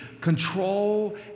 control